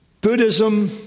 Buddhism